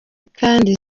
kandi